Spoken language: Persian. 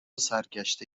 سرگشته